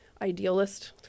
idealist